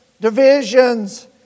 divisions